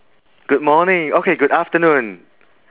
good morning okay good afternoon